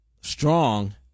strong